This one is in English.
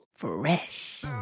Fresh